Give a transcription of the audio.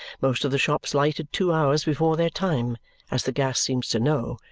most of the shops lighted two hours before their time as the gas seems to know,